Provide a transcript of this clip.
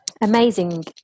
amazing